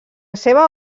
seva